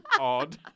odd